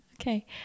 okay